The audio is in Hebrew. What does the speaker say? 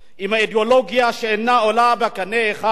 עם אידיאולוגיה שאינה עולה בקנה אחד